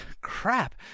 crap